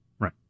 Right